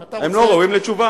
אם אתה חושב, הם לא ראויים לתשובה.